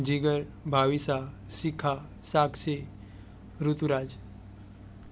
Jigar Bhavisha Shikha Sakshi Rituraj